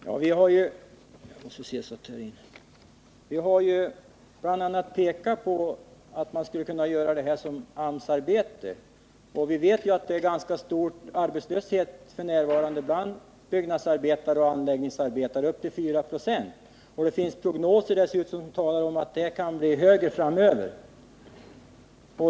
Herr talman! Vi har bl.a. pekat på att detta arbete skulle kunna utföras som AMS-arbete. F.n. är det ganska stor arbetslöshet bland byggnadsoch anläggningsarbetare — upp till 4 96. Det finns dessutom prognoser som säger att arbetslösheten kan bli högre framöver.